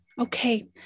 Okay